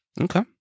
Okay